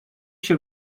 się